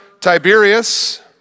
Tiberius